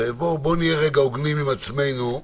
בואו נהיה לרגע הוגנים עם עצמנו,